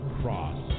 Cross